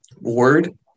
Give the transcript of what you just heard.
word